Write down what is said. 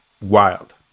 wild